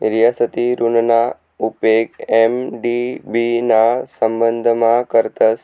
रियासती ऋणना उपेग एम.डी.बी ना संबंधमा करतस